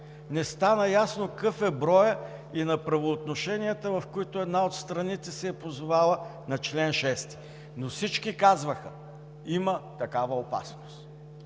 не стана ясно какъв е броят и на правоотношенията, в които една от страните се е позовала на чл. 6, но всички казваха, че има такава опасност.